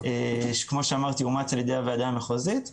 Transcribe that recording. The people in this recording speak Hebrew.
כמו שאמרתי, המסמך אומץ על ידי הוועדה המחוזית,